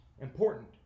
important